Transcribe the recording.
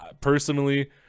personally